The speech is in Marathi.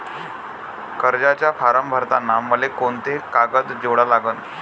कर्जाचा फारम भरताना मले कोंते कागद जोडा लागन?